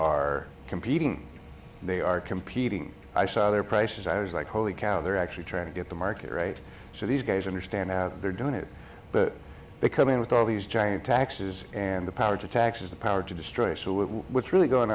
are competing they are competing i saw their prices i was like holy cow they're actually trying to get the market right so these guys understand how they're doing it but they come in with all these giant taxes and the power to tax is the power to destroy so what's really going